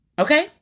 okay